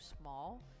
small